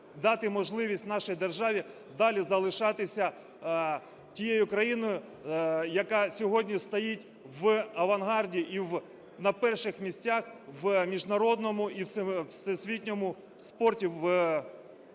дати можливість нашій державі далі залишатися тією країною, яка сьогодні стоїть в авангарді і на перших місцях в міжнародному і всесвітньому спорті,